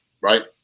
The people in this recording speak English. right